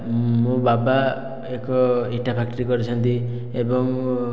ମୋ ବାବା ଏକ ଇଟା ଫ୍ୟାକ୍ଟ୍ରି କରିଛନ୍ତି ଏବଂ